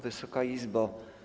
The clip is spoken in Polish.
Wysoka Izbo!